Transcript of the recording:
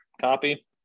Copy